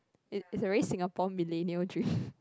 it's it's a very Singapore millennium dream